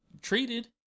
treated